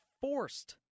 forced